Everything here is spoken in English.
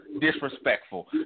disrespectful